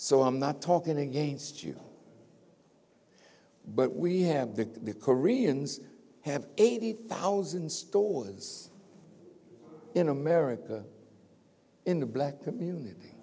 so i'm not talking against you but we have the koreans have eighty thousand stores in america in the black community